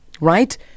Right